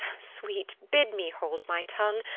sweet, bid me hold my tongue,